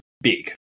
Big